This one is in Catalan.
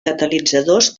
catalitzadors